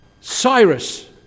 Cyrus